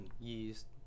yeast